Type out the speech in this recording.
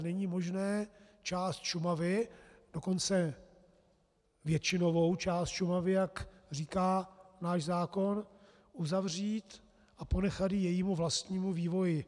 Není možné část Šumavy, dokonce většinovou část Šumavy, jak říká náš zákon, uzavřít a ponechat ji jejímu vlastnímu vývoji.